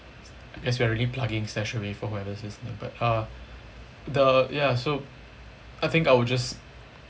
I guess we're already plugging in StashAway for whoever's listening but uh the ya so I think I would just